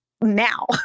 now